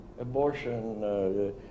abortion